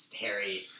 Harry